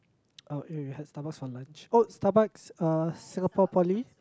oh and we had Starbucks for lunch oh Starbucks uh Singapore-Poly